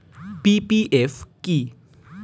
PPF কি?